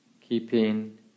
keeping